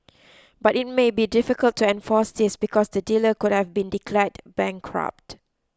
but it may be difficult to enforce this because the dealer could have been declared bankrupt